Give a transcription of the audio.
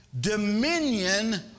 dominion